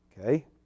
Okay